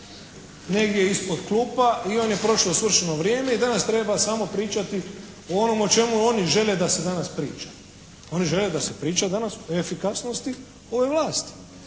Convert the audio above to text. negdje ispod klupa i on je prošlo svršeno vrijeme i danas treba samo pričati o onom o čemu oni žele da se danas priča. Oni žele da se priča danas o efikasnosti ove vlasti,